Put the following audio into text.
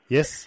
Yes